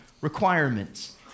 requirements